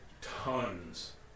tons